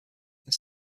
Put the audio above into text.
his